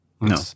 No